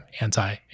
anti